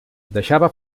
deixava